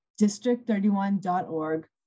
district31.org